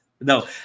no